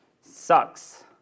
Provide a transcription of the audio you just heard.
Sucks